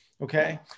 okay